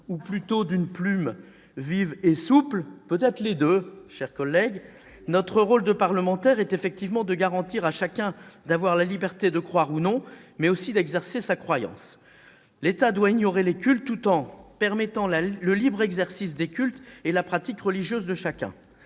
ou plutôt d'une plume vive et souple ? Peut-être les deux ... Notre rôle de parlementaire est de garantir à chacun non seulement la liberté de croire ou non, mais aussi l'exerce de sa croyance. L'État doit ignorer les cultes, tout en permettant le libre exercice des cultes et la pratique religieuse de chacun.